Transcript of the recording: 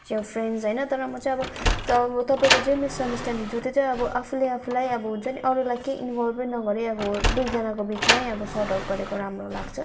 your friends होइन तर म चाहिँ अब तपाईँको जे मिसअन्डर्सट्यान्डिङ छ त्यो चाहिँ अब आफूले आफैलाई अब हुन्छ नि अरूलाई केही इन्भल्भै नगरी अब दुईजनाको बिचमै अब सर्ट आउट गरेको राम्रो लाग्छ